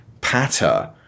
patter